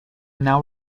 now